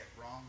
wrong